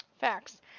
Facts